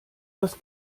das